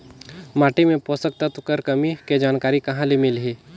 माटी मे पोषक तत्व कर कमी के जानकारी कहां ले मिलही?